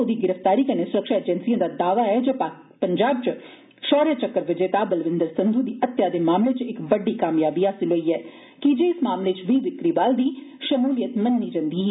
ओदी गिरफ्तारी कन्नै सुरक्षा एजेंसियें दा दावा ऐ जे पंजाब च शौर्य चक्र विजेता बलविंदर संधू दी हत्या दे मामले च इक बड्डी कामयाबी हासल होई ऐ कीजे इस मामले च बी बिकरी वाल दी शमूलियत मन्नी जन्दी ऐ